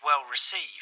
well-received